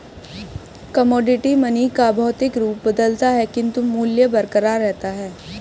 commodity money का भौतिक रूप बदलता है किंतु मूल्य बरकरार रहता है